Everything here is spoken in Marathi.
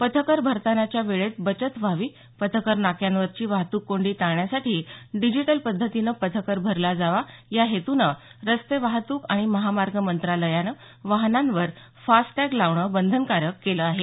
पथकर भरतानाच्या वेळेत बचत व्हावी पथकर नाक्यांवरची वाहतुक कोंडी टाळण्यासाठी डिजिटल पद्धतीनं पथकर भरला जावा या हेतुनं रस्ते वाहतूक आणि महामार्ग मंत्रालयानं वाहनांवर फास्ट टॅग लावणं बंधनकारक केलं आहे